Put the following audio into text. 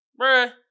bruh